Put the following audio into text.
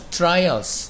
trials